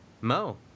Mo